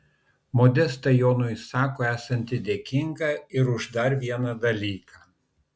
modesta jonui sako esanti dėkinga ir už dar vieną dalyką